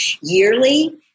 yearly